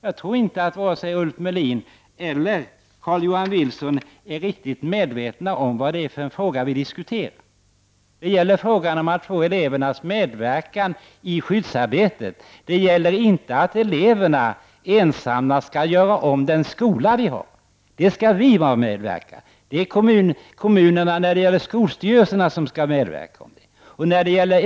Jag tror inte att vare sig Ulf Melin eller Carl-Johan Wilson är riktigt medvetna om vilken fråga vi diskuterar. Vi diskuterar frågan om att få elevernas medverkan i skyddsarbetet. Det är inte fråga om att eleverna ensamma skall göra om skolan. Vi här i riksdagen och skolstyrelserna i kommunerna skall medverka i detta arbete.